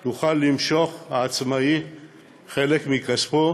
העצמאי יוכל למשוך חלק מכספו